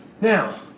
Now